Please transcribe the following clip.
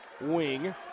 wing